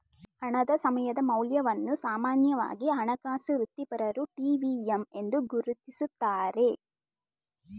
ಹಣದ ಸಮಯದ ಮೌಲ್ಯವನ್ನು ಸಾಮಾನ್ಯವಾಗಿ ಹಣಕಾಸು ವೃತ್ತಿಪರರು ಟಿ.ವಿ.ಎಮ್ ಎಂದು ಗುರುತಿಸುತ್ತಾರೆ